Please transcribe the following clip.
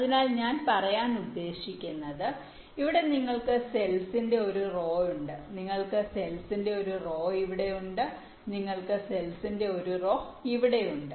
അതിനാൽ ഞാൻ പറയാൻ ഉദ്ദേശിക്കുന്നത് ഇവിടെ നിങ്ങൾക്ക് സെൽസിന്റെ ഒരു റോ ഉണ്ട് നിങ്ങൾക്ക് സെൽസിന്റെ ഒരു റോ ഇവിടെയുണ്ട് നിങ്ങൾക്ക് സെൽസിന്റെ ഒരു റോ ഇവിടെയുണ്ട്